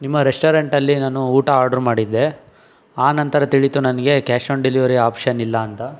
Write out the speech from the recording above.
ನಿಮ್ಮ ರೆಸ್ಟೋರೆಂಟಲ್ಲಿ ನಾನು ಊಟ ಆರ್ಡ್ರು ಮಾಡಿದ್ದೆ ಆನಂತರ ತಿಳೀತು ನನಗೆ ಕ್ಯಾಷ್ ಆನ್ ಡೆಲಿವರಿ ಆಪ್ಷನ್ ಇಲ್ಲ ಅಂತ